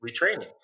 retraining